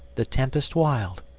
the tempest wild,